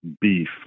beef